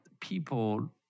people